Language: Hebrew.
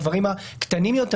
הדברים הקטנים יותר,